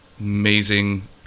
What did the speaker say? amazing